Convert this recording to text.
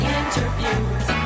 interviews